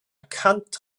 cant